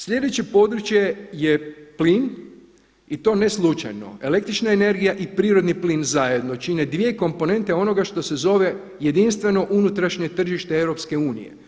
Sljedeće područje je plin i to ne slučajno, električna energija i prirodni plin zajedno čine dvije komponente onoga što se zove jedinstveno unutrašnje tržište EU.